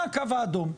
אבל מה הקו האדום?